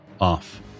off